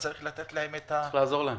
צריך לעזור להם.